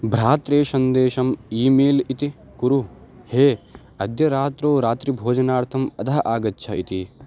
भ्रात्रे सन्देशम् ईमेल् इति कुरु हे अद्य रात्रौ रात्रिभोजनार्थम् अत्र आगच्छ इति